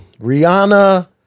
Rihanna